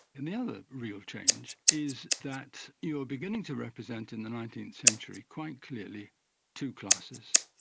and the other real change is that you are beginning to represent in the nineteenth century quite clearly two classes,